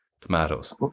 tomatoes